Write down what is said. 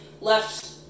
left